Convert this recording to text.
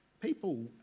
People